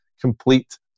complete